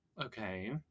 Okay